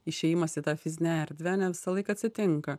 išėjimas į tą fizinę erdvę ne visąlaik atsitinka